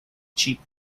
cheap